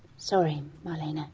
sorry, marlene. ah